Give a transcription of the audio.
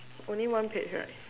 only one page right